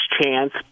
chance